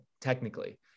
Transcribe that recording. technically